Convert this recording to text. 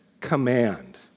command